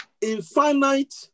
infinite